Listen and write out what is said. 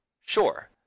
sure